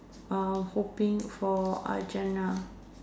uh hoping for uh jannah